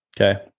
okay